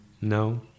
no